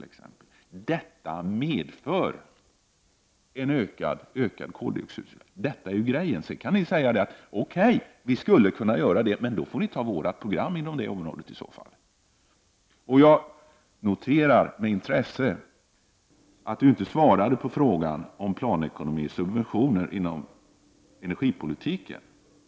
Detta medför ökade koldioxidutsläpp. Sedan kan ni säga: Okej, vi skulle kunna göra det, men då får ni anta våra program på det området. Jag noterar med intresse att Gunnar Hökmark inte svarade på frågan om planekonomisubventioner inom energipolitiken.